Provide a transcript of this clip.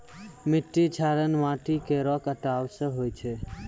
मिट्टी क्षरण माटी केरो कटाव सें होय छै